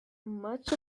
much